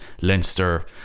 Leinster